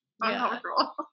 uncomfortable